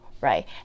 right